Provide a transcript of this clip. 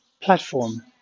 platform